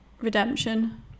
redemption